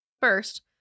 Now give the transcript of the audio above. first